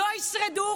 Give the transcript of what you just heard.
לא ישרדו.